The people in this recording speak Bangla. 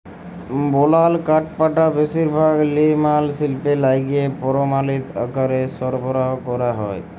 বলাল কাঠপাটা বেশিরভাগ লিরমাল শিল্পে লাইগে পরমালিত আকারে সরবরাহ ক্যরা হ্যয়